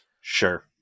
Sure